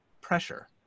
pressure